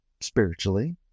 spiritually